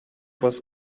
was